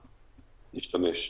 נשתמש.